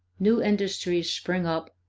new industries spring up,